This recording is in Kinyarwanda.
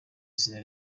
izina